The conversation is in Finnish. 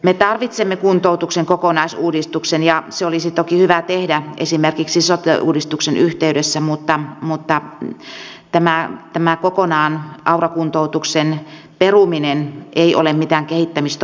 me tarvitsemme kuntoutuksen kokonaisuudistuksen ja se olisi toki hyvä tehdä esimerkiksi sote uudistuksen yhteydessä mutta tämä aura kuntoutuksen peruminen kokonaan ei ole mikään kehittämistoimenpide